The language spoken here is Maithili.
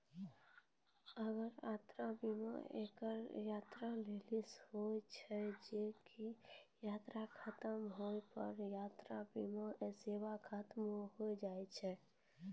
एगो यात्रा बीमा एक्के यात्रा लेली होय छै जे की यात्रा खतम होय पे यात्रा बीमा सेहो खतम होय जाय छै